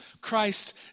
Christ